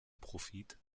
profit